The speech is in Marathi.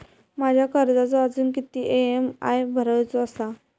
माझ्या कर्जाचो अजून किती ई.एम.आय भरूचो असा?